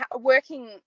working –